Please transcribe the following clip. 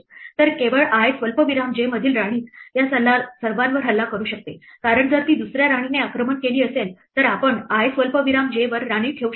तर केवळ i स्वल्पविराम j मधील राणीच या सर्वांवर हल्ला करू शकते कारण जर ती दुसर्या राणीने आक्रमण केली असेल तर आम्ही i स्वल्पविराम j वर राणी ठेवू शकत नाही